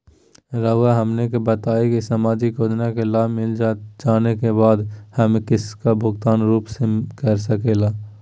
रहुआ हमने का बताएं की समाजिक योजना का लाभ मिलता जाने के बाद हमें इसका भुगतान किस रूप में कर सके ला?